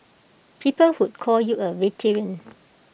people who call you A veteran